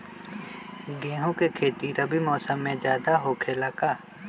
गेंहू के खेती रबी मौसम में ज्यादा होखेला का?